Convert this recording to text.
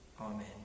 Amen